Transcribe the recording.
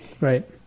Right